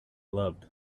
loved